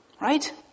Right